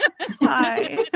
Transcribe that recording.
Hi